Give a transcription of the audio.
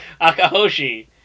Akahoshi